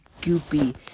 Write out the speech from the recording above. goopy